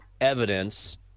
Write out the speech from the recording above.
evidence